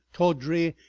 tawdry,